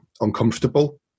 uncomfortable